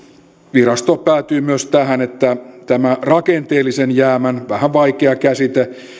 virasto päätyy myös tähän että tämän rakenteellisen jäämän vähän vaikea käsite